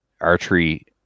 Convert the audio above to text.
archery